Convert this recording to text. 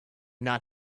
not